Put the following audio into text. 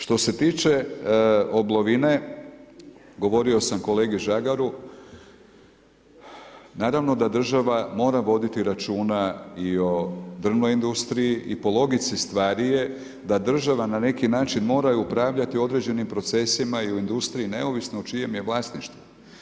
Što se tiče oblovine, govorio sam kolegi Žagaru naravno da država mora voditi računa i o drvnoj industriji i po logici stvari je da država na neki način mora upravljati i određenim procesima i u industriji neovisno u čijem je vlasništvu.